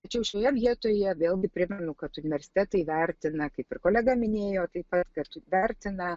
tačiau šioje vietoje vėlgi primenu kad universitetai vertina kaip ir kolega minėjo tai kad kartu vertina